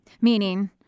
Meaning